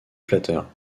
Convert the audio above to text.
flatteur